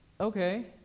Okay